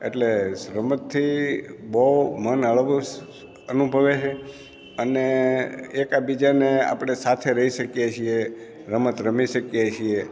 એટલે રમતથી બહુ મન હળવું સ અનુભવે છે અને એકબીજાને આપણે સાથે રહી શકીએ છીએ રમત રમી શકીએ છીએ